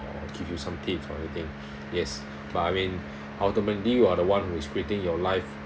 or give you some tips or anything yes but I mean ultimately you are the one who is creating your life